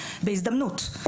בהזדמנות.